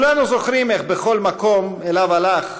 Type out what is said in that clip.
כולנו זוכרים איך בכל מקום שאליו הלך